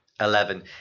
Eleven